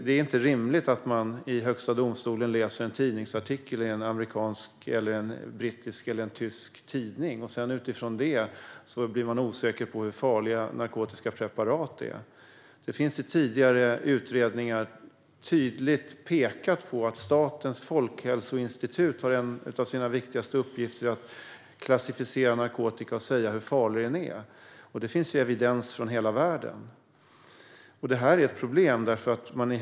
Det är inte rimligt att man i Högsta domstolen läser en tidningsartikel i en amerikansk, brittisk eller tysk tidning och sedan utifrån den blir osäker på hur farliga narkotiska preparat är. Det finns i tidigare utredningar tydligt utpekat att en av de viktigaste uppgifterna för Statens folkhälsoinstitut är att klassificera narkotika och säga hur farlig den är. Det finns evidens från hela världen. Detta är ett problem.